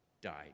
died